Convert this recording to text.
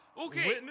Okay